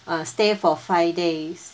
uh stay for five days